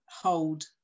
hold